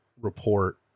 report